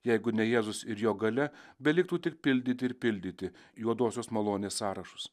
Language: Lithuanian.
jeigu ne jėzus ir jo galia beliktų tik pildyti ir pildyti juoduosius malonės sąrašus